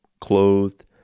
clothed